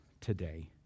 today